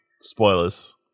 spoilers